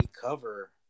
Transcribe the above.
cover